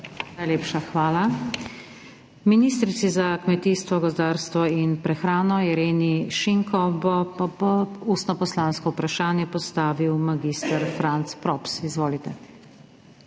Najlepša hvala. Ministrici za kmetijstvo, gozdarstvo in prehrano Ireni Šinko bo ustno poslansko vprašanje postavil mag. Franc Props. Izvolite.